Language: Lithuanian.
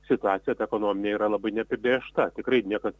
situacija ta ekonominė yra labai neapibrėžta tikrai niekas